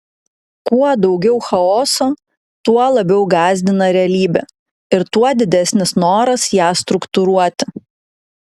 kuo daugiau chaoso tuo labiau gąsdina realybė ir tuo didesnis noras ją struktūruoti